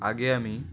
আগে আমি